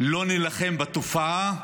לא נילחם בתופעה,